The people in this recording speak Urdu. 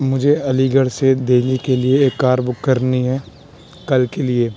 مجھے علی گڑھ سے دہلی کے لیے ایک کار بک کرنی ہے کل کے لیے